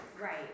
Right